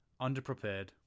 underprepared